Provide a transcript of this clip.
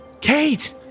Kate